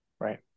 Right